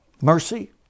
Mercy